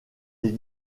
des